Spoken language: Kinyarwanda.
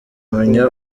kumenya